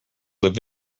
live